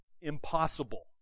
impossible